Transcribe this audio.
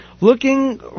looking